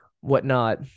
whatnot